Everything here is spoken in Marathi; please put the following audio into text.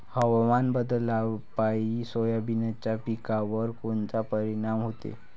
हवामान बदलापायी सोयाबीनच्या पिकावर कोनचा परिणाम होते?